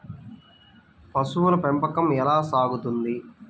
పశువుల పెంపకం ఎలా జరుగుతుంది?